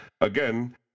Again